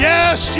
Yes